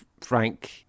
Frank